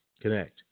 connect